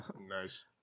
Nice